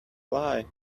lie